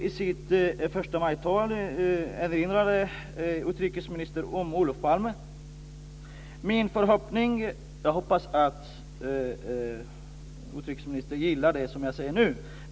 I sitt förstamajtal i går erinrade utrikesministern om Olof Palme. Jag hoppas att utrikesministern gillar det som jag säger nu.